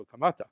Kamata